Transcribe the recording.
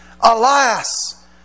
Alas